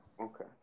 okay